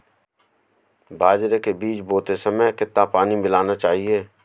बाजरे के बीज बोते समय कितना पानी मिलाना चाहिए?